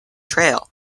trail